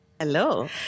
Hello